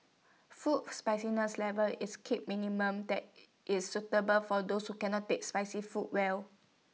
food spiciness level is kept minimal that is suitable for those who cannot take spicy food well